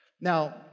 Now